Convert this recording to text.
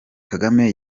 kagame